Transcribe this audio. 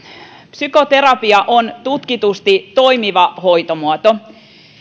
psykoterapia on tutkitusti toimiva hoitomuoto